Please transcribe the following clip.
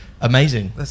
amazing